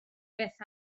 beth